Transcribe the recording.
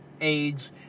age